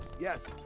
yes